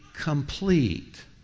complete